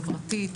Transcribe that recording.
חברתית,